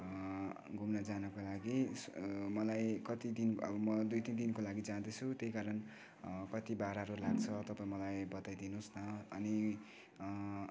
घुम्न जानको लागि मलाई कतिदिन अब म दुई तिन दिनको लागि जाँदैछु त्यही कारण कति भाडाहरू लाग्छ तपाईँ मलाई बताइ दिनुहोस् न अनि